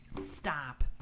Stop